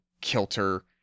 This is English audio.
kilter